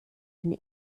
den